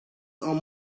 are